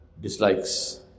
dislikes